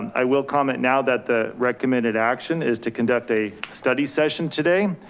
um i will comment now that the recommended action is to conduct a study session today.